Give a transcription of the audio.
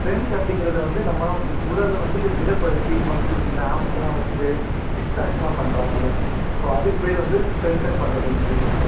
strength அப்படிங்கிறது வந்து நம்ம உடலை வந்து திடப்படுத்தி மஸ்க்குல் இந்த ஆம்ஸெலாம் வைச்சுட்டு சிக்ஸ் பேக்ஸ்லாம் பண்றாங்களே ஸோ அதுக்கு பேர் வந்து ஸ்ட்ரென்த்தன் பண்ணுறதுனு சொல்லி சொல்லுவோம்